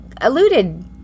alluded